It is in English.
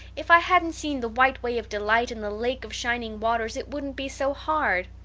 if i hadn't seen the white way of delight and the lake of shining waters it wouldn't be so hard.